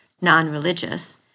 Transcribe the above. non-religious